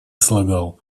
излагал